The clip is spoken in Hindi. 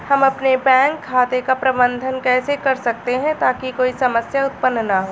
हम अपने बैंक खाते का प्रबंधन कैसे कर सकते हैं ताकि कोई समस्या उत्पन्न न हो?